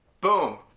Boom